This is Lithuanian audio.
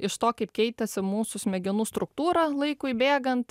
iš to kaip keitėsi mūsų smegenų struktūra laikui bėgant